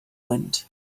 wind